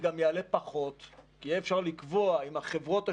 זה גם יעלה פחות כי יהיה אפשר לקבוע עם החברות השונות,